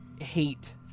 hate